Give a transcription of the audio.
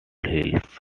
hills